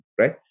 right